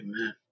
Amen